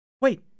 wait